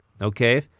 Okay